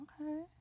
okay